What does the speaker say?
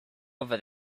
over